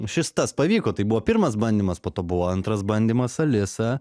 šis tas pavyko tai buvo pirmas bandymas po to buvo antras bandymas alisa